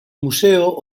museo